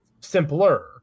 simpler